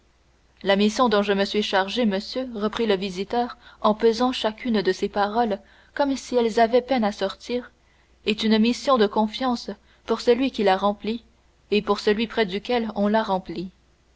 la mission dont je me suis chargé monsieur reprit le visiteur en pesant chacune de ses paroles comme si elles avaient peine à sortir est une mission de confiance pour celui qui la remplit et pour celui près duquel on la remplit